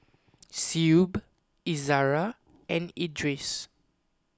Shuib Izara and Idris